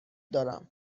دارم